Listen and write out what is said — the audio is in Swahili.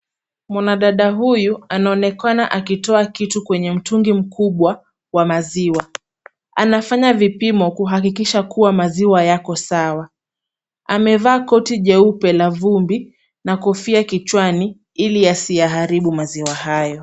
Mwanadada huyu anaonekana akitoa kitu kwenye mtungi mkubwa wa mazima. Anafanya vipimo kuhakikisha kuwa maziwa yako sawa. Amevaa koti jeupe la vumbi, na kofia kichwani ili asiyaharibu maziwa hayo.